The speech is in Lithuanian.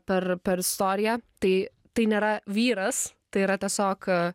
per per istoriją tai tai nėra vyras tai yra tiesiog